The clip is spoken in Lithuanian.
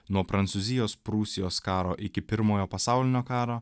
nuo prancūzijos prūsijos karo iki pirmojo pasaulinio karo